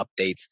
updates